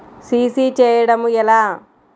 CC చేయడము ఎలా?